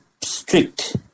strict